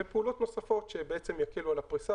וולפסון ואולי מאיר בכפר-סבא